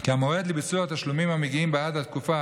כי המועד לביצוע תשלומים המגיעים בעד התקופה